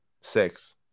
six